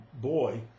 Boy